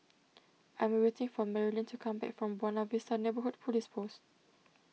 I am waiting for Merilyn to come back from Buona Vista Neighbourhood Police Post